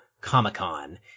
Comic-Con